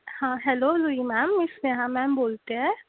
हां hello Jui ma'am मी Sneha ma'am बोलते आहे